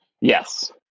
Yes